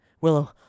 Willow